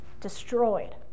destroyed